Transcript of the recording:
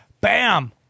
bam